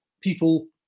people